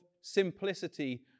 simplicity